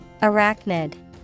Arachnid